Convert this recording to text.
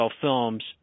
films